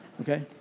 okay